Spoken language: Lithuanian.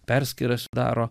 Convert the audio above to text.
perskyras daro